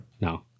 No